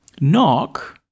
Knock